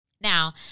Now